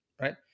right